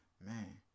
man